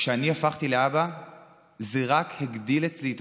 כשאני הפכתי לאבא זה רק הגדיל אצלי את